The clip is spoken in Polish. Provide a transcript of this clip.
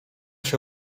się